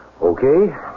Okay